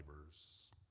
neighbors